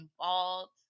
involved